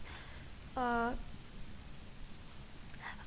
uh